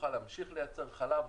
יוכל להמשיך לייצר חלב,